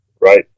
right